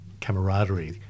camaraderie